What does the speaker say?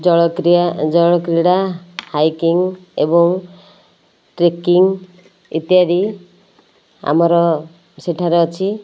ଜଳ କ୍ରିୟା ଜଳ କ୍ରୀଡ଼ା ହାଇକିଙ୍ଗ ଏବଂ ଟ୍ରେକିଙ୍ଗ ଇତ୍ୟାଦି ଆମର ସେଠାରେ ଅଛି